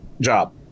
job